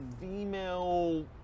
Female